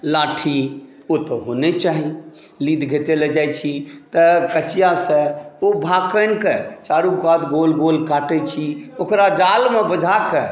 लाठी ओ तऽ होने चाही लीड घीचय लए जाइ छी तऽ कचियासॅं ओ भाखनिक चारू कात गोल गोल काटै छी ओकरा जालमे बझाकऽ